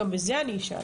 וגם בזה אני אשאל.